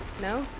no?